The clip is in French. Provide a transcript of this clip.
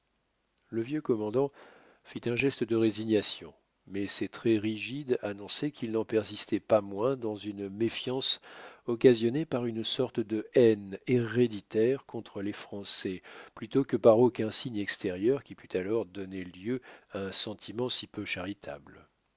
le vieux commandant fit un geste de résignation mais ses traits rigides annonçaient qu'il n'en persistait pas moins dans une méfiance occasionnée par une sorte de haine héréditaire contre les français plutôt que par aucun signe extérieur qui pût alors donner lieu à un sentiment si peu charitable